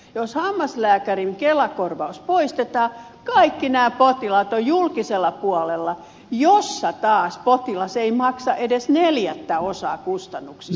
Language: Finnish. jos hammaslääkärin kelakorvaus poistetaan kaikki nämä potilaat ovat julkisella puolella jossa taas potilas ei maksa edes neljättä osaa kustannuksista